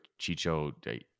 Chicho